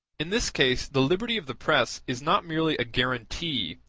in this case the liberty of the press is not merely a guarantee,